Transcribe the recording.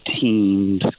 teams